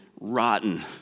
rotten